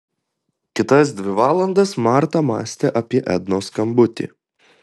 kitas dvi valandas marta mąstė apie ednos skambutį